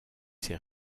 ses